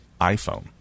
iPhone